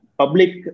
public